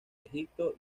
egipto